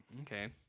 okay